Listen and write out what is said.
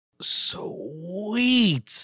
sweet